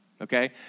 okay